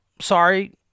Sorry